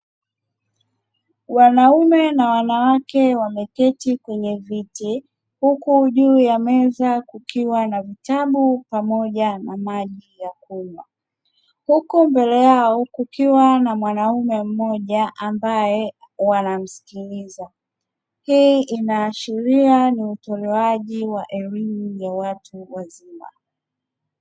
Wanaume na wanawake wameketi kwenye viti, huku juu ya meza kukiwa na vitabu pamoja na maji ya kunywa. Huku mbele yao kukiwa na mwanaume mmoja ambaye wanamsikiliza. Hii inaashiria ni utolewaji wa elimu ya watu wazima.